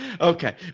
Okay